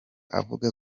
avuga